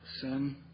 Sin